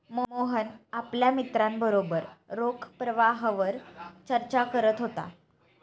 मोहन आपल्या मित्रांबरोबर रोख प्रवाहावर चर्चा करत होता